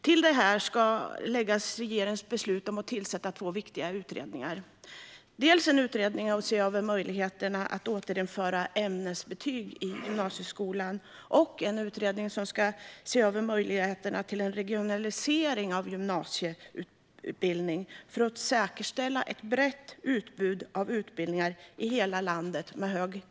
Till detta ska läggas regeringens beslut om att tillsätta två viktiga utredningar: dels en utredning om att se över möjligheterna att återinföra ämnesbetyg i gymnasieskolan, dels en utredning som ska se över möjligheterna till en regionalisering av gymnasieutbildningen för att säkerställa ett brett utbud av utbildningar med hög kvalitet i hela landet.